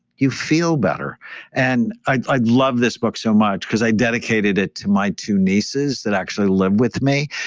you feel better and i'd i'd love this book so much because i dedicated it to my two nieces that actually live with me.